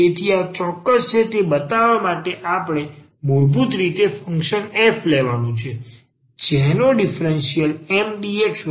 તેથી આ ચોક્કસ છે તે બતાવવા માટે આપણે મૂળભૂત રીતે ફંક્શન f લેવાનું છે જેનો ડીફરન્સીયલ MdxNdy બરાબર છે